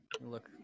look